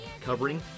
covering